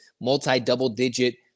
multi-double-digit